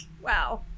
wow